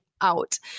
out